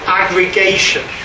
aggregation